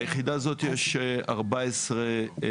ביחידה הזאת יש 14 פקחים.